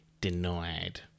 denied